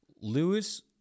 Lewis—